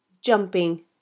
jumping